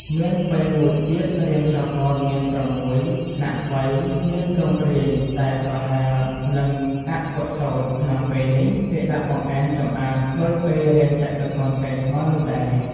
មានពែមួយទៀតរាងឆកោណ មាន ៦ ថ្នាក់3 មានទ្រង់ទ្រាយតែប្រហែល នឹងអាក់ព័ទ្ធសូត្រ ក្នុងពែនេះ គេដាក់បង្អែម-ចម្អាប ដូចពែរាងចតុកោណកែងស្មើនោះដែរ ។